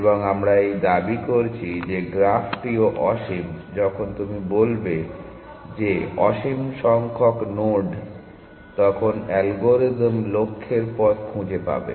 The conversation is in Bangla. এবং আমরা এই দাবি করছি যে গ্রাফটিও অসীম যখন তুমি বলবে যে অসীম সংখ্যক নোড তখন অ্যালগরিদম লক্ষ্যের পথ খুঁজে পাবে